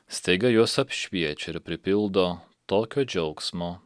staiga juos apšviečia ir pripildo tokio džiaugsmo